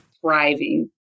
thriving